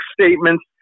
statements